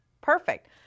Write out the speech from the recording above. Perfect